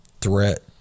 threat